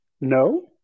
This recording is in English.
No